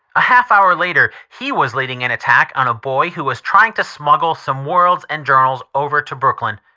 a half hour later he was leading an attack on a boy who was trying to smuggle some worlds and journals over to brooklyn.